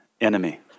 enemy